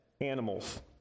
animals